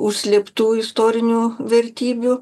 užslėptų istorinių vertybių